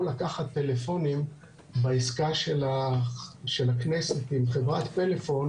לקחת פלאפונים בעסקה של הכנסת עם חברת פלאפון.